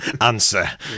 answer